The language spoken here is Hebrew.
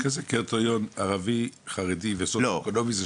יש כזה קריטריון ערבי, חרדי וסוציו-אקונומי?